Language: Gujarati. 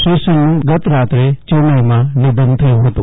શેષનનું ગતરાત્રે ચેન્નાઈમાં નિધન થયુ હતું